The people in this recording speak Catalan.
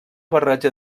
barreja